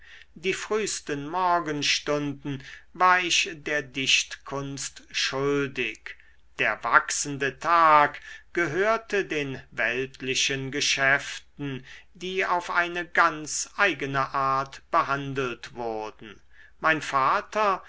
die frühsten morgenstunden war ich der dichtkunst schuldig der wachsende tag gehörte den weltlichen geschäften die auf eine ganz eigene art behandelt wurden mein vater